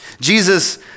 Jesus